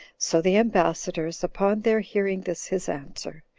so the ambassadors, upon their hearing this his answer,